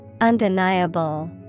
Undeniable